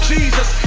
Jesus